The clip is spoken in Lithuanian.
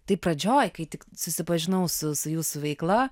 tai pradžioj kai tik susipažinau su su jūsų veikla